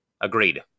Agreed